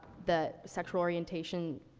the sexual orientation,